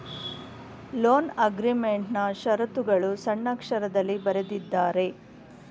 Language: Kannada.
ಲೋನ್ ಅಗ್ರೀಮೆಂಟ್ನಾ ಶರತ್ತುಗಳು ಸಣ್ಣಕ್ಷರದಲ್ಲಿ ಬರೆದಿದ್ದಾರೆ